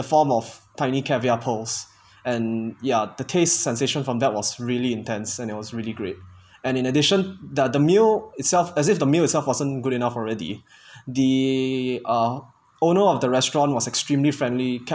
form of tiny caviar pearls and yeah the taste sensation from that was really intense and it was really great and in addition that the meal itself as if the meal itself wasn't good enough already the uh owner of the restaurant was extremely friendly kept